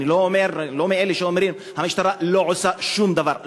אני לא מאלה שאומרים: המשטרה לא עושה שום דבר.